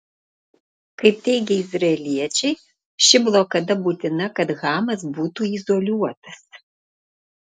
kaip teigia izraeliečiai ši blokada būtina kad hamas būtų izoliuotas